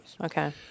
Okay